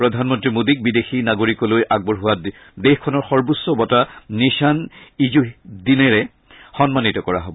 প্ৰধানমন্ত্ৰী মোদীক বিদেশী নাগৰিকলৈ আগবঢ়োৱা দেশখনৰ সৰ্বোচ্চ বঁটা নিচান ইজদ্দিনেৰে সন্মানিত কৰা হ'ব